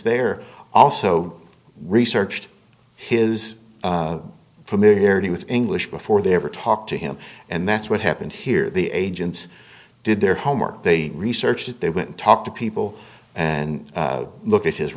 there also researched his familiarity with english before they ever talked to him and that's what happened here the agents did their homework they researched it they went talk to people and look at his